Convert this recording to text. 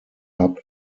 hub